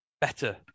better